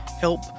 help